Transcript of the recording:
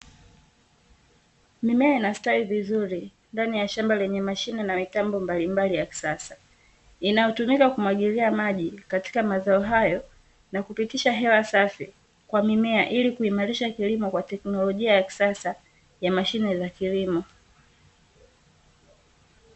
Mimea inastawi vizuri ndani ya shamba lenye mashine na mitambo mbalimbali ya kisasa, inayotumika kumwagilia maji katika mazao hayo na kupitisha hewa safi kwa mimea, ili kuimarisha kilimo kwa teknolojia ya kisasa ya mashine za kilimo.